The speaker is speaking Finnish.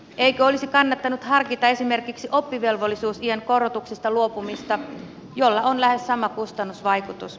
eikö olisi kannattanut harkita esimerkiksi oppivelvollisuusiän korotuksista luopumista jolla on lähes sama kustannusvaikutus